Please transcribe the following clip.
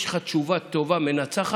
אתה יודע, כשיש לך תשובה טובה, מנצחת,